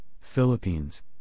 Philippines